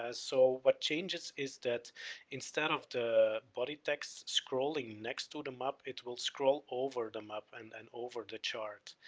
so what changes is that instead of the body text scrolling next to the map it will scroll over them, up and, and over the chart,